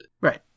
Right